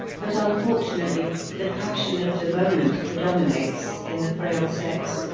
but unfortunately the passion of the moment predominates, in the frail sex,